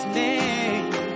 name